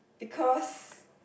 because